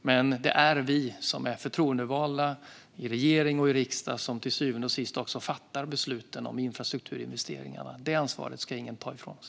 Men det är vi som är förtroendevalda i regering och riksdag som till syvende och sist fattar beslut om infrastrukturinvesteringarna. Det ansvaret ska ingen ta ifrån oss.